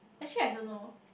actually I don't know